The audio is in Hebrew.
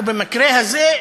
ובמקרה הזה,